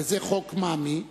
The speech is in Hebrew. וזה חוק מינהל